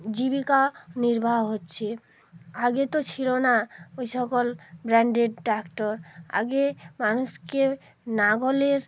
জীবিকা নির্বাহ হচ্ছে আগে তো ছিল না ওই সকল ব্র্যান্ডেড ট্র্যাক্টার আগে মানুষকে লাঙ্গলের